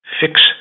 fix